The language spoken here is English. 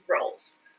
roles